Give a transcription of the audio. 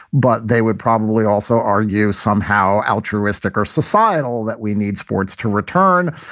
but they would probably also argue somehow altruistic or societal, that we need sports to return.